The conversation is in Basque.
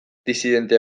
disidente